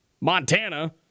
Montana